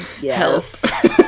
yes